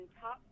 top